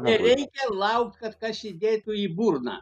nereikia laukt kad kas įdėtų į burną